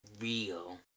real